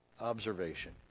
Observation